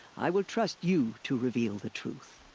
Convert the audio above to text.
i will trust you. to reveal the truth.